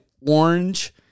orange